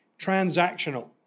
Transactional